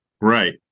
right